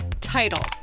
Title